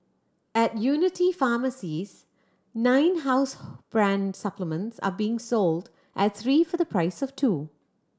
at Unity pharmacies nine house brand supplements are being sold at three for the price of two